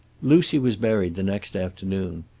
lucy was buried the next afternoon.